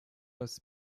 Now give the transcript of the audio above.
als